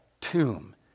tomb